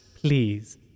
Please